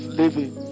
living